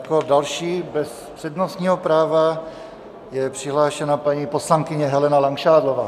Jako další bez přednostního práva je přihlášena paní poslankyně Helena Langšádlová.